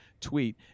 tweet